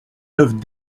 neuve